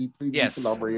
yes